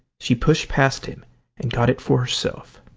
she pushed past him and got it for herself.